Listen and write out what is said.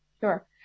Sure